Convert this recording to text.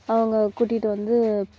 அவங்க கூட்டிட்டு வந்து